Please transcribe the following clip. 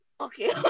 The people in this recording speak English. Okay